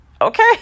Okay